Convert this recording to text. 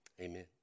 amen